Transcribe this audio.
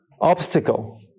obstacle